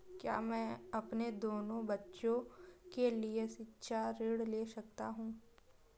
क्या मैं अपने दोनों बच्चों के लिए शिक्षा ऋण ले सकता हूँ?